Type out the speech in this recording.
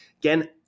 Again